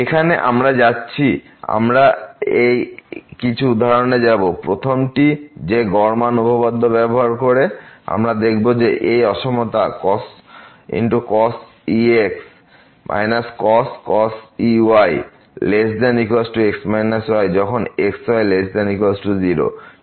এখন আমরা যাচ্ছি আমরা এই কিছু উদাহরণে যাব প্রথমটি যে গড় মান উপপাদ্য ব্যবহার করে আমরা দেখাব যে এই অসমতা cos ex cos ey≤ x y যখন x y≤ 0